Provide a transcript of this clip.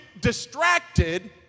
distracted